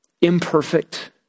imperfect